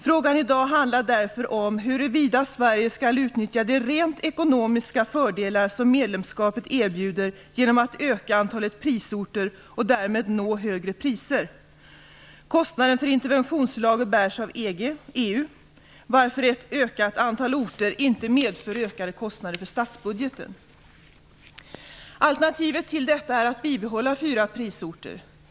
Frågan i dag handlar därför om huruvida Sverige skall utnyttja de rent ekonomiska fördelar som medlemskapet erbjuder genom att öka antalet prisorter och därmed nå högre priser. Kostnaden för interventionslager bärs av EU, varför ett ökat antal orter inte medför ökade kostnader för statsbudgeten. Alternativet till detta är att bibehålla fyra prisorter.